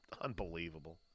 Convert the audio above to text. Unbelievable